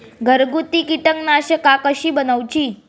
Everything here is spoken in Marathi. घरगुती कीटकनाशका कशी बनवूची?